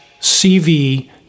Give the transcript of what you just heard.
CV